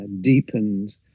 deepened